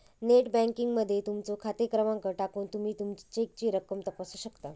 net banking मध्ये तुमचो खाते क्रमांक टाकून तुमी चेकची रक्कम तपासू शकता